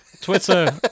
Twitter